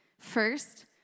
First